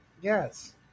Yes